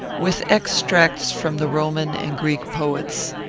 with extracts from the roman and greek poets.